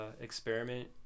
experiment